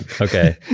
Okay